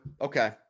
Okay